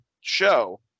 show